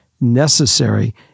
necessary